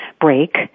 break